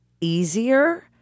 easier